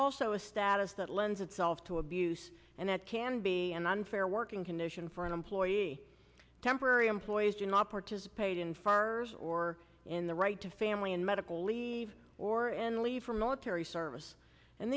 also a status that lends itself to abuse and that can be an unfair working condition for an employer temporary employees do not participate in fars or in the right to family and medical leave or in leave for military service and